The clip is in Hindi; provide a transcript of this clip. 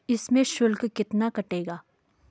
इसमें शुल्क कितना कटेगा?